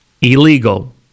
illegal